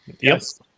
Yes